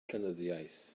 llenyddiaeth